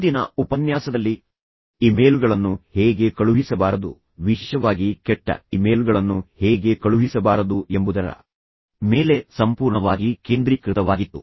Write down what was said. ಹಿಂದಿನ ಉಪನ್ಯಾಸದಲ್ಲಿ ಇಮೇಲ್ಗಳನ್ನು ಹೇಗೆ ಕಳುಹಿಸಬಾರದು ವಿಶೇಷವಾಗಿ ಕೆಟ್ಟ ಇಮೇಲ್ಗಳನ್ನು ಹೇಗೆ ಕಳುಹಿಸಬಾರದು ಎಂಬುದರ ಮೇಲೆ ಸಂಪೂರ್ಣವಾಗಿ ಕೇಂದ್ರೀಕೃತವಾಗಿತ್ತು